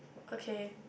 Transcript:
okay